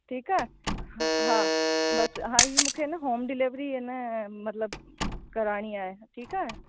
ठीकु आहे हा हा बसि हा ही मूंखे न होम डिलीवरी इन मतिलब कराइणी आहे ठीकु आहे